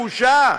בושה.